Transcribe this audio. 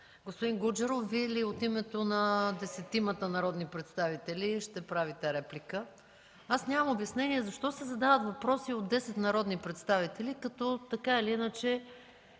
Господин Гуджеров, Вие ли от името на десетимата народни представители ще правите реплика? Аз нямам обяснение защо се задават въпроси от десет народни представители, като така или иначе